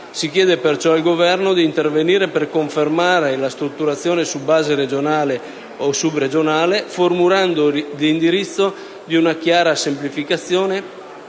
Si chiede, perciò, al Governo di intervenire per confermare la strutturazione su base regionale o subregionale, formulando l'indirizzo di una chiara semplificazione,